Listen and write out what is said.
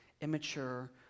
immature